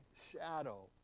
shadow